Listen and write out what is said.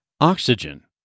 Oxygen